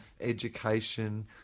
education